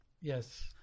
yes